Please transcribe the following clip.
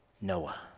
Noah